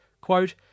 Quote